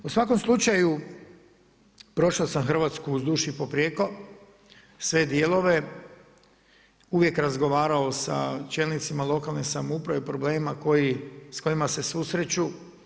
U svakom slučaju, prošao sam Hrvatsku, uz duž i poprijeko, sve dijelove, uvijek razgovarao sa čelnicima lokalne samouprave, problemima s kojima se susreću.